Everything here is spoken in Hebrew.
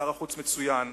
שר חוץ מצוין,